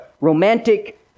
romantic